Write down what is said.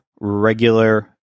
regular